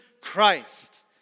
Christ